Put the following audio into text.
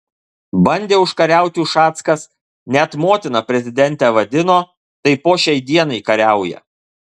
bandė užkariauti ušackas net motina prezidentę vadino tai po šiai dienai kariauja